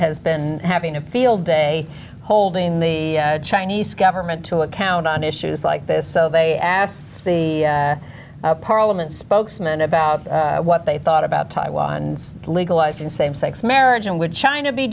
has been having a field day holding the chinese government to account on issues like this so they asked the parliament spokesman about what they thought about taiwan legalizing same sex marriage and would china be